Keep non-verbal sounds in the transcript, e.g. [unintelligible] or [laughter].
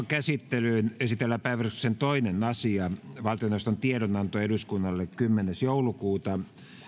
[unintelligible] käsittelyyn esitellään päiväjärjestyksen toinen asia valtioneuvoston tiedonanto eduskunnalle kymmenes kahdettatoista